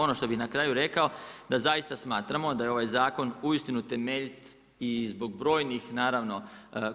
Ono što bi na kraju rekao, da zaista smatramo, da je ovaj zakon uistinu temeljit i zbog brojnih